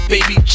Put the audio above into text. Baby